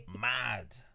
Mad